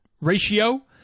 ratio